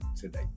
today